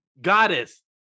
goddess